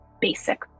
basic